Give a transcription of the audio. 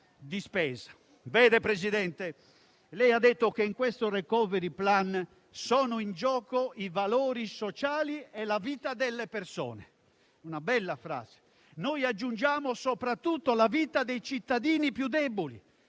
Vede, Presidente, lei ha detto che in questo *recovery plan* sono in gioco i valori sociali e la vita delle persone, una bella frase. Noi aggiungiamo che è in gioco soprattutto la vita dei cittadini più deboli,